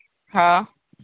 हाँ